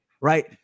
right